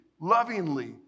lovingly